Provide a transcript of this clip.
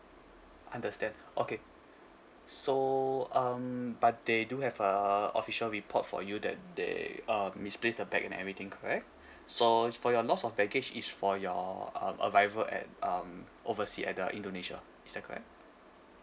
understand okay so um but they do have a official report for you that they uh misplaced the bag and everything correct so for your loss of baggage is for your uh arrival at um oversea at the indonesia is that correct